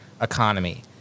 economy